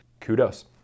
kudos